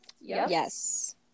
Yes